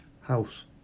house